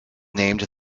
named